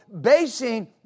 basing